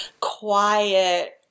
quiet